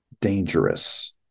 dangerous